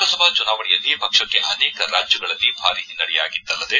ಲೋಕಸಭಾ ಚುನಾವಣೆಯಲ್ಲಿ ಪಕ್ಷಕ್ಕೆ ಅನೇಕ ರಾಜ್ಯಗಳಲ್ಲಿ ಭಾರೀ ಹಿನ್ನಡೆಯಾಗಿದ್ದಲ್ಲದೆ